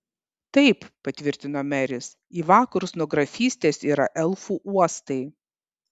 taip patvirtino meris į vakarus nuo grafystės yra elfų uostai